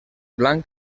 blanc